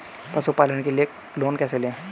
पशुपालन के लिए लोन कैसे लें?